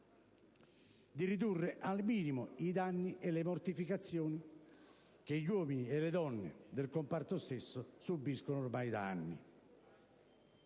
di ridurre al minimo i danni e le mortificazioni che gli uomini e le donne che vi operano subiscono ormai da anni.